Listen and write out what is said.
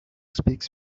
speaks